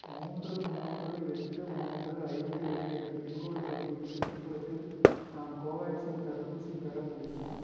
மூன்று மூன்று எட்டு மூன்று ஐந்து இரண்டு என்ற பின்கோடு பகுதியின் சுற்றுப்புறத்தில் நான் கோவேக்சின் தடுப்பூசி பெற முடியுமா